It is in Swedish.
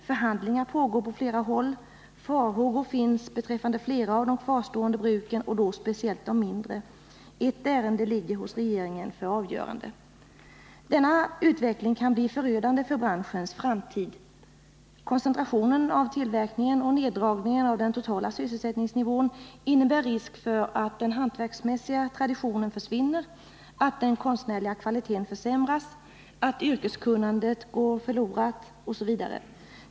Förhandlingar pågår på flera håll, och farhågor finns beträffande flera av de kvarstående bruken, då speciellt de mindre. Ett ärende ligger hos regeringen för avgörande. Denna utveckling kan bli förödande för branschens framtid. Koncentrationen av tillverkningen och neddragningen av den totala sysselsättningsnivån innebär risk för att den hantverksmässiga traditionen försvinner, att den konstnärliga kvaliteten försämras, att yrkeskunnandet går förlorat osv.